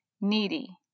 needy